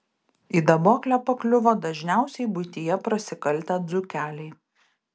į daboklę pakliuvo dažniausiai buityje prasikaltę dzūkeliai